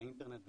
לאינטרנט,